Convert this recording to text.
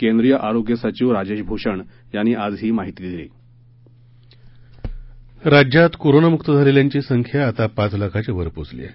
केंद्रीय आरोग्य सचिव राजेश भूषण यांनी आज ही माहिती दिली राज्यात कोरोनामुक्त झालेल्यांची संख्या आता पाच लाखाच्या वर पोचली आहे